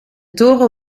toren